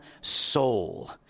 soul